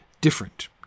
different